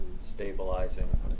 stabilizing